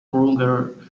kruger